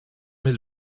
his